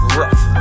rough